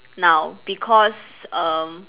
now because um